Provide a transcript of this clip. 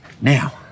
Now